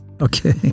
Okay